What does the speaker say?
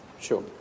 Sure